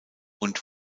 und